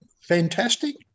fantastic